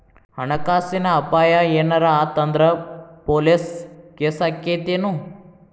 ಹಣ ಕಾಸಿನ್ ಅಪಾಯಾ ಏನರ ಆತ್ ಅಂದ್ರ ಪೊಲೇಸ್ ಕೇಸಾಕ್ಕೇತೆನು?